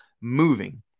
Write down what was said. moving